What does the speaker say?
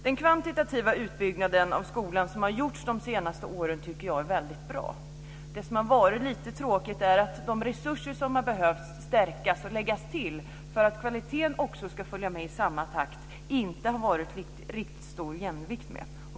Den kvantitativa utbyggnaden av skolan som gjorts under de senaste åren tycker jag är väldigt bra. Det som har varit lite tråkigt är att de resurser som har behövt stärkas och läggas till för att kvaliteten också ska följa med i samma takt inte har riktigt stor jämvikt.